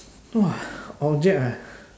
!wah! object ah